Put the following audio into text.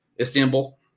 Istanbul